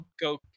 go